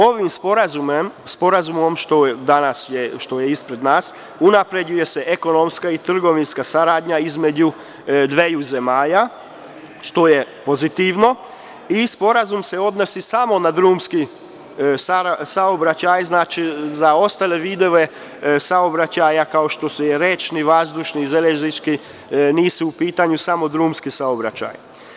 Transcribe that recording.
Ovim sporazumom što je danas ispred nas unapređuje se ekonomska i trgovinska saradnja između dveju zemalja, što je pozitivno, i Sporazum se odnosi samo na drumski saobraćaj, znači, za ostale vidove saobraćaja, kao što su rečni, vazdušni, železnički, nije u pitanju samo drumski saobraćaj.